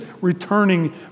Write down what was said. returning